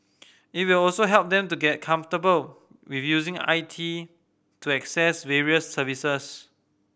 it will also help them get comfortable with using I T to access various services